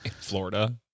Florida